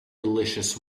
delicious